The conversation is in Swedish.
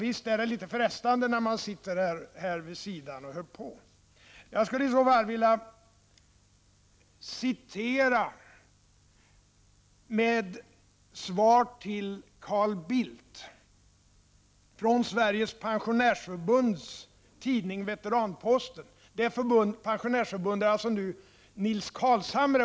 Visst är det litet frestande att delta när man sitter här vid sidan av och hör på. Jag skulle i så fall vilja, som svar till Carl Bildt, citera Sveriges pensionärsförbunds tidning Veteranposten. Pensionärsförbundets ordförande är nu Nils Carlshamre.